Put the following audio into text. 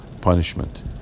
punishment